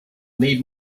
need